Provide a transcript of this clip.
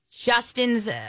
Justin's